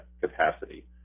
capacity